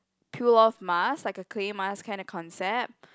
peel off mask like a clay mask kind of concept